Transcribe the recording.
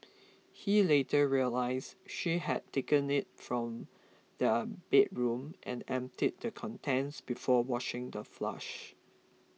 he later realised she had taken it from their bedroom and emptied the contents before washing the